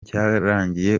cyarangiye